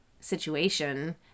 situation